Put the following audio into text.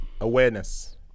Awareness